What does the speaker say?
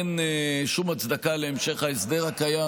אין שום הצדקה להמשך ההסדר הקיים.